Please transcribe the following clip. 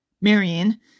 Marion